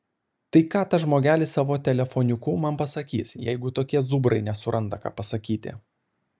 tai ką tas žmogelis savo telefoniuku man pasakys jeigu tokie zubrai nesuranda ką pasakyti